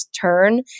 turn